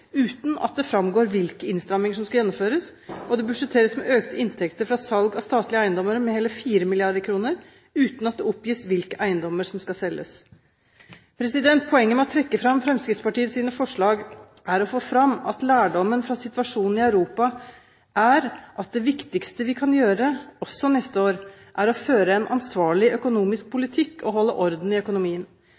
uten at det framgår hvilke innstramminger som skal gjennomføres, og det budsjetteres med økte inntekter fra salg av statlige eiendommer med hele 4 mrd. kr, uten at det oppgis hvilke eiendommer som skal selges. Poenget med å trekke fram Fremskrittspartiets forslag er å få fram at lærdommen fra situasjonen i Europa er at det viktigste vi kan gjøre også neste år, er å føre en ansvarlig økonomisk politikk og holde orden i økonomien.